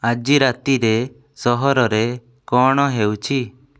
ଆଜି ରାତିରେ ସହରରେ କ'ଣ ହେଉଛି